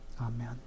amen